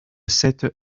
sète